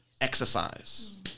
exercise